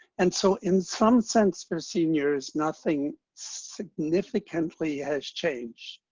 and so in some sense, for seniors nothing significantly has changed,